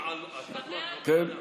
כן, טוב.